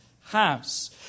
house